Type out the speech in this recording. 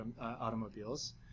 automobiles